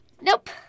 Nope